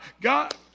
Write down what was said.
God